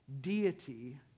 deity